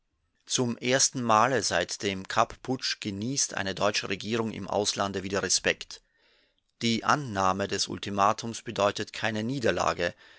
zum ersten male seit dem kapp-putsch genießt eine deutsche regierung im auslande wieder respekt die annahme des ultimatums bedeutet keine niederlage